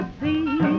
see